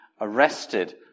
arrested